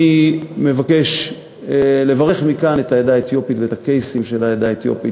אני מבקש לברך מכאן את העדה האתיופית ואת הקייסים של העדה האתיופית